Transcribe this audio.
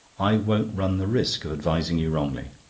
i won't run the risk of advising you wrongly.